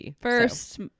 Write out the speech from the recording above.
first